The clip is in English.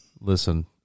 Listen